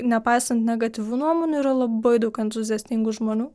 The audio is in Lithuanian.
nepaisant negatyvių nuomonių yra labai daug entuziastingų žmonių